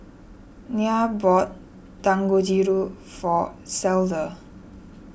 Nya bought Dangojiru for Cleda